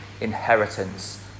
inheritance